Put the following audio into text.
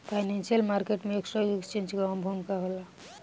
financial market में stock exchange के अहम भूमिका होला